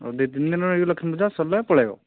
ଆଉ ଦୁଇ ତିନି ଦିନ ରହିକି ଲକ୍ଷ୍ମୀ ପୂଜା ସରିଲା ପଳାଇବ